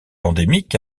endémique